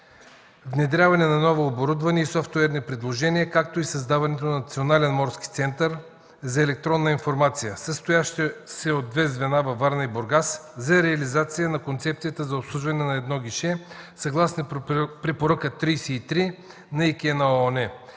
внедряване на новооборудвани и софтуерни предложения, както и създаването на Национален морски център за електронна информация, състоящ се от две звена във Варна и в Бургас, за реализация на концепцията за обслужване на едно гише съгласно Препоръка 33 на ИК на ООН.